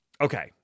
Okay